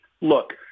look